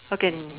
how can